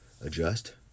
adjust